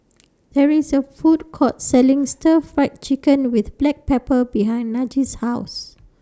There IS A Food Court Selling Stir Fried Chicken with Black Pepper behind Najee's House